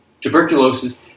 Tuberculosis